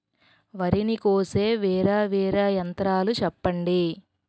వరి ని కోసే వేరా వేరా యంత్రాలు చెప్పండి?